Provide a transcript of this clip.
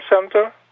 Center